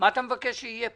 מה אתה מבקש שיהיה פה?